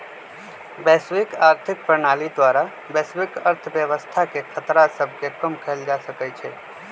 वैश्विक आर्थिक प्रणाली द्वारा वैश्विक अर्थव्यवस्था के खतरा सभके कम कएल जा सकइ छइ